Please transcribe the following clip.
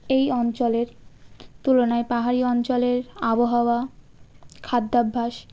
এই অঞ্চলের তুলনায় পাহাড়ি অঞ্চলের আবহাওয়া খাদ্যাভ্যাস